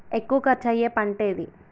ఎక్కువ ఖర్చు అయ్యే పంటేది?